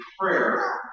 prayer